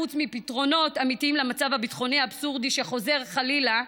חוץ מפתרונות אמיתיים למצב הביטחוני האבסורדי שחוזר חלילה,